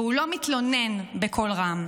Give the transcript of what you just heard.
והוא לא מתלונן בקול רם.